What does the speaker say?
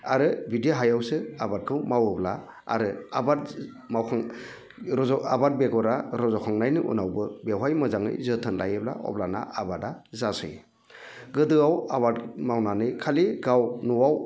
आरो बिदि हायावसो आबादखौ मावोब्ला आरो आबाद मावखां रज' आबाद बेगरा रज'खांनायनि उनावबो बेवहाय मोजाङै जोथोन लायोब्ला अब्लाना आबादा जासै गोदो आबाद मावनानै खालि गाव न'आव